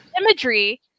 imagery